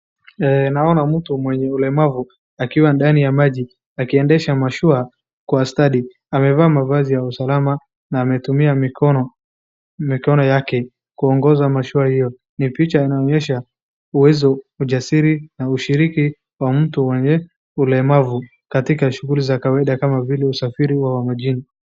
Naona mtu mwenye ulemavu akiwa ndani ya maji, akiendesha mashua kwa ustadi. Amevaa mavazi ya usalama na ametumia mikono yake kuongoza mashua hiyo. Ni picha inayoonyesha uwezo, ujasiri na ushiriki wa mtu mwenye ulemavu katika shughuli za kawaida kama vile usafiri wa majini.